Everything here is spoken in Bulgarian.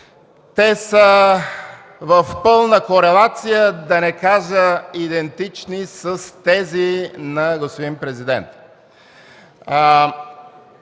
Те са в пълна корелация, да не кажа идентични с тези на господин Президента,